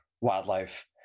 wildlife